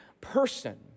person